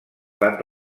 fan